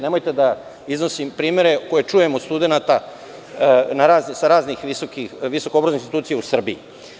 Nemojte da iznosim primere koje čujem od studenata sa raznih visoko obrazovnih institucija u Srbiji.